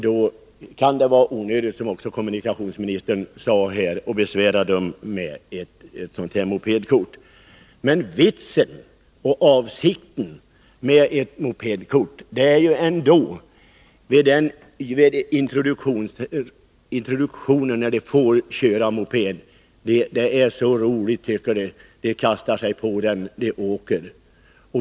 Då kan det, som kommunikationsministern sade, vara onödigt att besvära dem med ett mopedkort. Vitsen och avsikten med ett mopedkort är ändå att det skall fylla en funktion vid introduktionen, när ungdomarna får börja köra moped. Det är då som de tycker att det är så roligt — de kastar sig på mopeden och åker.